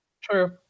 True